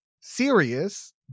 serious